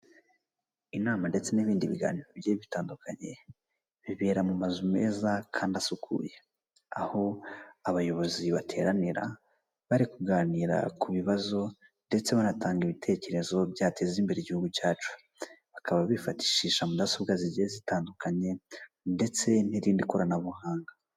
Inama ndetse n'ibindi biganiro bigiye bitandukanye bibera mu mazu meza kandi asukuye, aho abayobozi bateranira bari kuganira ku bibazo ndetse banatanga ibitekerezo byateza imbere igihugu cyacu, bakaba bifashishisha mudasobwa zigiye zitandukanye ndetse n'irindi koranabuhanga.